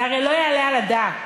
זה הרי לא יעלה על הדעת.